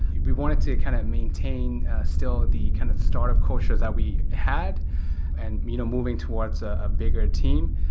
we wanted to kind of maintain still the kind of startup culture that we had and you know moving towards a bigger team.